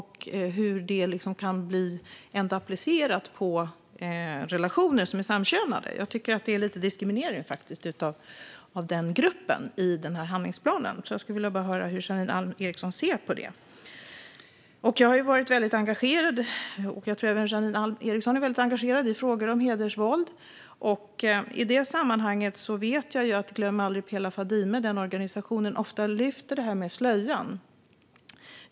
Hur kan det appliceras på samkönade relationer? Jag tycker att det är lite diskriminerande mot den gruppen i handlingsplanen, så jag skulle bara vilja höra hur Janine Alm Ericson ser på det. Jag har varit väldigt engagerad i frågor om hedersvåld, och jag tror att även Janine Alm Ericson är det. I det sammanhanget vet jag att organisationen Glöm aldrig Pela och Fadime ofta lyfter frågan om slöjan.